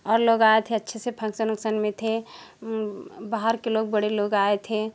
और लोग आए थे अच्छे से फंक्शन उंग्शन में थे बाहर के लोग बड़े लोग आए थे